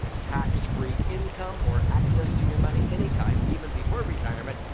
tax-free income or access to your money anytime even before retirement.